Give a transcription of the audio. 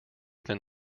than